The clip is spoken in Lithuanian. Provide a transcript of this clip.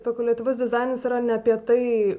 spekuliatyvus dizainas yra ne apie tai